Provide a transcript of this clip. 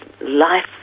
life